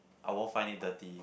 I won't find it dirty